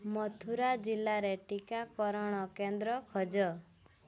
ମଥୁରା ଜିଲ୍ଲାରେ ଟିକାକରଣ କେନ୍ଦ୍ର ଖୋଜ